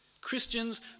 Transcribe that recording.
Christians